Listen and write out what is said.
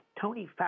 Tony